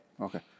Okay